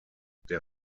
der